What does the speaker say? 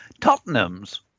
Tottenham's